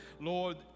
Lord